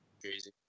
crazy